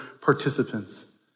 participants